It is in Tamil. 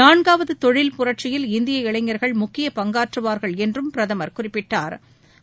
நான்காவது தொழில் புரட்சியில் இந்திய இளைஞர்கள் முக்கிய பங்காற்றுவார்கள் என்றும் பிரதமர் குறிப்பிட்டா்